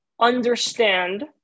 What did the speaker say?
understand